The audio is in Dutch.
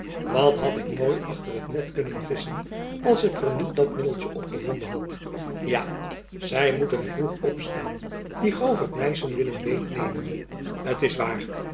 wat had ik mooi achter t net kunnen visschen als ik er niet dat middeltjen op gevonden had ja zy moeten vroeg opstaan die govert nyssen willen beet nemen t is waar